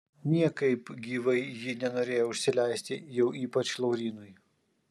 niekaip gyvai ji nenorėjo užsileisti jau ypač laurynui